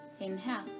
Inhale